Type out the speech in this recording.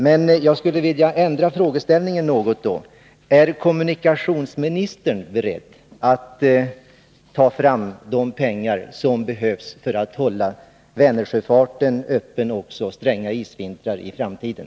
Men jag skulle ändå vilja ändra frågeställningen något: Är kommunikationsministern beredd att ta fram de pengar som behövs för att Vänersjöfarten skall kunna upprätthållas också under stränga isvintrar i framtiden?